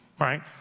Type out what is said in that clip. Right